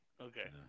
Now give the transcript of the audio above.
Okay